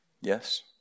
Yes